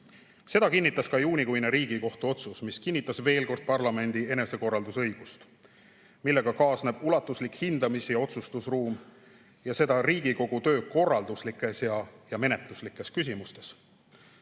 Seda kinnitas ka juunikuine Riigikohtu otsus, mis kinnitas veel kord parlamendi enesekorraldusõigust, millega kaasneb ulatuslik hindamis- ja otsustusruum, seda Riigikogu töö korralduslikes ja menetluslikes küsimustes.